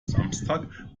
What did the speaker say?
samstag